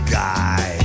guy